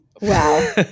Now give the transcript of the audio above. Wow